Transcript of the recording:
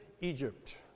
Egypt